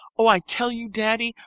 oh, i tell you, daddy,